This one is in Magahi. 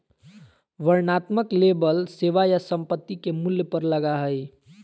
वर्णनात्मक लेबल सेवा या संपत्ति के मूल्य पर लगा हइ